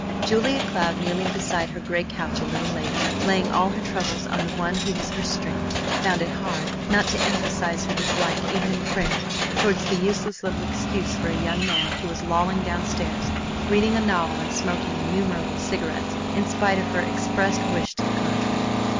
julia cloud, kneeling beside her gray couch a little later, laying all her troubles on the one who was her strength, found it hard not to emphasize her dislike even in prayer toward the useless little excuse for a young man who was lolling down-stairs reading a novel and smoking innumerable cigarettes in spite of her expressed wish to the contrary.